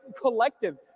collective